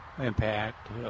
impact